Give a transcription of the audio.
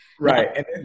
Right